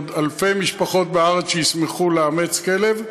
עוד אלפי משפחות בארץ שישמחו לאמץ כלב.